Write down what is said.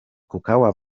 kukała